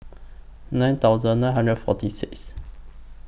nine thousand nine hundred forty Sixth